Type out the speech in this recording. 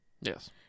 yes